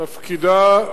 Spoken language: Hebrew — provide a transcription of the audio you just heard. תפקידה,